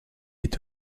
est